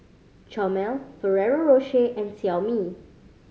Chomel Ferrero Rocher and Xiaomi